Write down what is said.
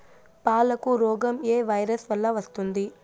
పాలకు రోగం ఏ వైరస్ వల్ల వస్తుంది?